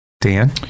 Dan